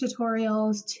tutorials